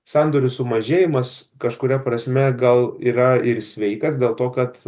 sandorių sumažėjimas kažkuria prasme gal yra ir sveikas dėl to kad